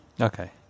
Okay